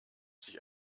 sich